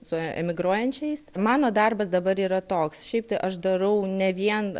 su emigruojančiais mano darbas dabar yra toks šiaip tai aš darau ne vien